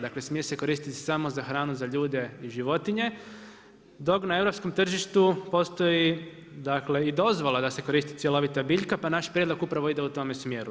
Dakle, smije se koristit samo za hranu, za ljude i životinje, dok na europskom tržištu postoji, dakle i dozvola da se koristi cjelovita biljka, pa naš prijedlog upravo ide u tome smjeru.